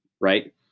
right